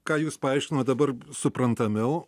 ką jūs paaiškinote dabar suprantamiau